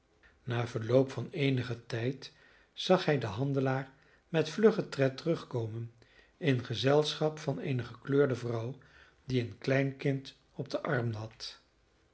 na verloop van eenigen tijd zag hij den handelaar met vluggen tred terugkomen in gezelschap van eene gekleurde vrouw die een klein kind op den arm had